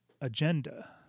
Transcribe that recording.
agenda